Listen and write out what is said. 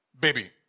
baby